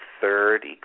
third